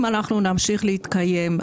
אם אנחנו נמשיך להתקיים,